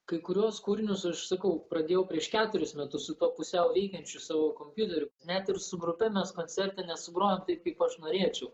kai kuriuos kūrinius aš sakau pradėjau prieš keturis metus su tuo pusiau veikiančiu savo kompiuteriu net ir su grupe mes koncerte nesugrojom taip kaip aš norėčiau